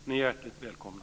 Ni är hjärtligt välkomna.